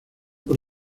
por